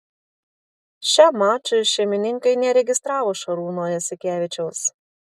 šiam mačui šeimininkai neregistravo šarūno jasikevičiaus